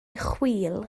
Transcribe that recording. chwil